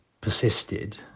persisted